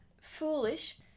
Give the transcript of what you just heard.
foolish